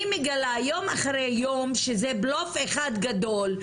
אני מגלה יום אחרי יום שזה בלוף אחד גדול,